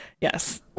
yes